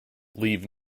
leave